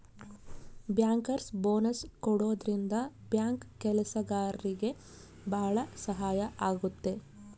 bankers bonus ಕೊಡೋದ್ರಿಂದ bank ಕೆಲ್ಸಗಾರ್ರಿಗೆ ಭಾಳ ಸಹಾಯ ಆಗುತ್ತೆ